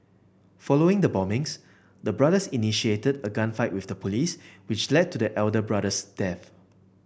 following the bombings the brothers initiated a gunfight with the police which led to the elder brother's death